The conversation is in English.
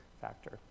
factor